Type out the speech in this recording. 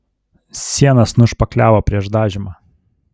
sienas nušpakliavo prieš dažymą